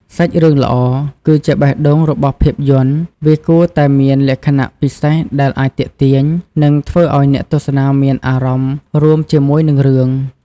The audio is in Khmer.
សាច់រឿងល្អ គឺជាបេះដូងរបស់ភាពយន្ត វាគួរតែមានលក្ខណៈពិសេសដែលអាចទាក់ទាញ និងធ្វើឲ្យអ្នកទស្សនាមានអារម្មណ៍រួមជាមួយនឹងរឿង។